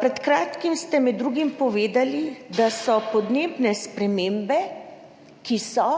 Pred kratkim ste med drugim povedali, da podnebne spremembe, ki so,